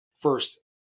First